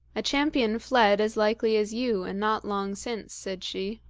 a champion fled as likely as you, and not long since, said she.